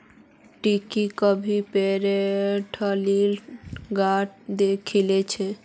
की टी कभी पेरेर ठल्लीत गांठ द खिल छि